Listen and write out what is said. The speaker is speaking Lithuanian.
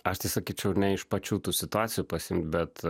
aš tai sakyčiau ne iš pačių tų situacijų pasiimt bet